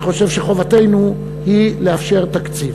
אני חושב שחובתנו היא לאפשר תקציב.